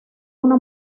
una